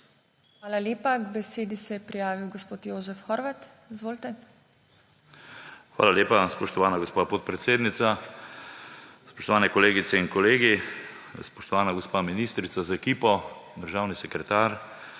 Hvala lepa. K besedi se je prijavil gospod Jožef Horvat. Izvolite. JOŽEF HORVAT (PS NSi): Hvala lepa, spoštovana gospa podpredsednica. Spoštovane kolegice in kolegi, spoštovana gospa ministrica z ekipo, državni sekretar!